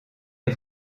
est